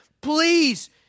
please